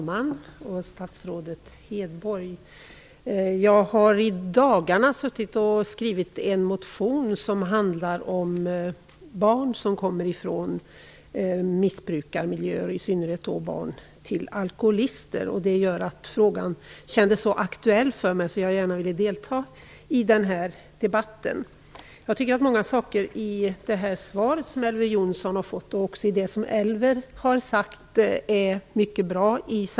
Fru talman! Jag har i dagarna skrivit en motion som handlar om barn som kommer från missbrukarmiljöer, i synnerhet barn till alkoholister. Det gör att frågan känns så aktuell för mig att jag gärna vill delta i denna debatt. Mycket i det svar som Elver Jonsson har fått samt också det som Elver Jonsson nu har sagt är mycket bra.